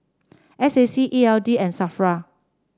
S A C E L D and Safra